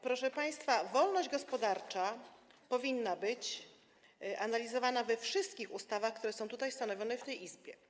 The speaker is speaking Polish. Proszę państwa, wolność gospodarcza powinna być analizowana we wszystkich ustawach, które są stanowione w tej Izbie.